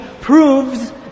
proves